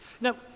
Now